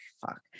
fuck